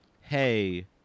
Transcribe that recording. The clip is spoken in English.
Hey